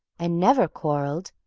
and never quarrelled,